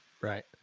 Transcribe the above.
Right